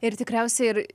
ir tikriausiai ir